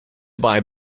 buy